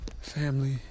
Family